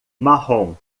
marrom